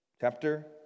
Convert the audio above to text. Chapter